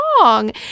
wrong